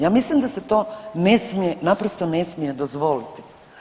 Ja mislim da se to ne smije, naprosto ne smije dozvoliti.